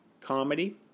comedy